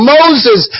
Moses